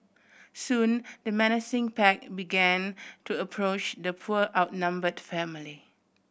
soon the menacing pack began to approach the poor outnumbered family